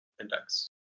index